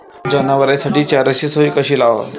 जनावराइसाठी चाऱ्याची सोय कशी लावाव?